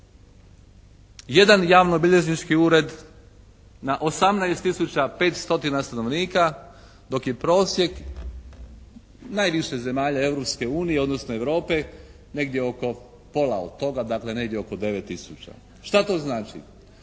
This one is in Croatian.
jedan javnobilježnički ured na 18 tisuća, pet stotina stanovnika dok je prosjek najviše zemalja Europske unije odnosno Europe negdje oko pola od toga. Dakle negdje oko 9 tisuća. Šta to znači?